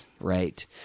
Right